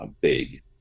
big